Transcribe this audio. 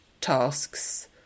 tasks